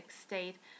state